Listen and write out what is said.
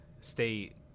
State